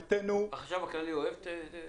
החשב הכללי בעד?